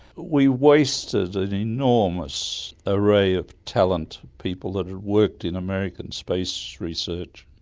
we wasted an enormous array of talented people that had worked in american space research,